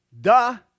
Duh